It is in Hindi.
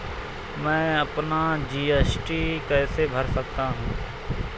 मैं अपना जी.एस.टी कैसे भर सकता हूँ?